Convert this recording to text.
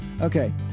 Okay